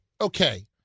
Okay